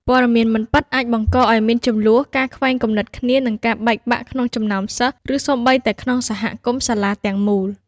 ព័ត៌មានមិនពិតអាចបង្កឲ្យមានជម្លោះ ការខ្វែងគំនិតគ្នា និងការបែកបាក់ក្នុងចំណោមសិស្ស ឬសូម្បីតែក្នុងសហគមន៍សាលាទាំងមូល។